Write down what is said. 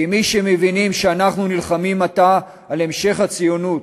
כמי שמבינים שאנחנו נלחמים עתה על המשך הציונות,